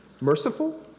Merciful